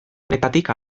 honetatik